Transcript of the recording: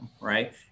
Right